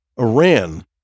Iran